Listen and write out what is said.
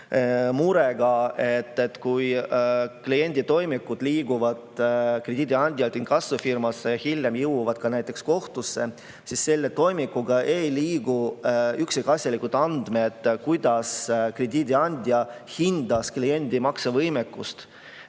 murega, et kui klienditoimikud liiguvad krediidiandjalt inkassofirmasse ja hiljem jõuavad ka kohtusse, siis selle toimikuga koos ei liigu üksikasjalikud andmed, kuidas krediidiandja hindas kliendi maksevõimekust.